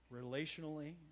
relationally